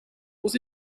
was